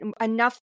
enough